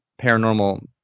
paranormal